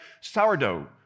sourdough